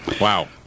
wow